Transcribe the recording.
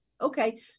Okay